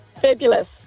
Fabulous